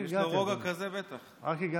רוגע כזה, בטח.